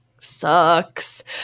sucks